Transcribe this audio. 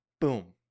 boom